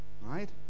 right